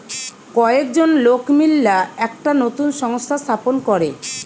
কয়েকজন লোক মিললা একটা নতুন সংস্থা স্থাপন করে